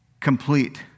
Complete